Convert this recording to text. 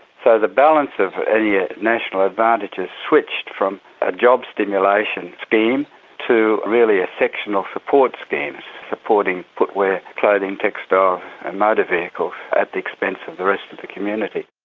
so the balance of any ah national advantages switched from a job stimulation scheme to really a sectional support scheme supporting footwear, clothing, textiles and motor vehicles at the expense of the rest of the community.